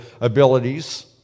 abilities